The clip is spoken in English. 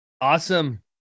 Awesome